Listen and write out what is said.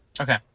Okay